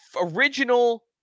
original